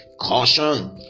Caution